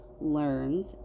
learns